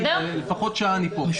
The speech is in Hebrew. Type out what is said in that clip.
לפחות שעה אהיה פה.